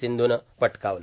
सिंधूनं पटकावलं